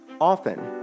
Often